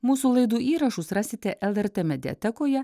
mūsų laidų įrašus rasite lrt mediatekoje